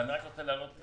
אבל כל